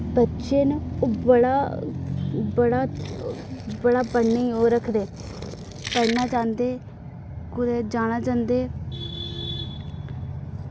बच्चे न ओह् बड़ा बड़ा बड़ा पढ़ने ई ओ रखदे पढ़ना चांह्दे कुतै जाना चांह्दे